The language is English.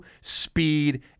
speed